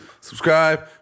subscribe